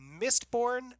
Mistborn